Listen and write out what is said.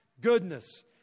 goodness